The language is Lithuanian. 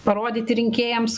parodyti rinkėjams